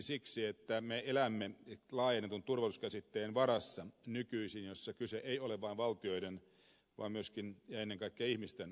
siksi että me elämme nykyisin laajennetun turvallisuuskäsitteen varassa jossa kyse ei ole vain valtioiden vaan myöskin ja ennen kaikkea ihmisten puolustamisesta